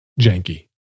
janky